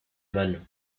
mano